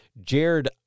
Jared